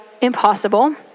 Impossible